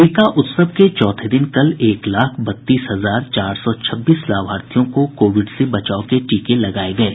टीका उत्सव के चौथे दिन कल एक लाख बत्तीस हजार चार सौ छब्बीस लाभार्थियों को कोविड से बचाव के टीके लगाये गये